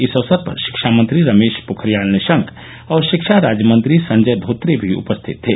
इस अक्सर पर शिक्षामंत्री रमेश पोखरियाल निशंक और शिक्षा राज्य मंत्री संजय धोत्रे भी उपस्थित थे